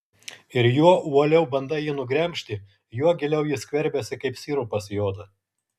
ir juo uoliau bandai jį nugremžti juo giliau jis skverbiasi kaip sirupas į odą